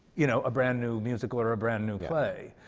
you know, a brand-new musical or a brand-new play.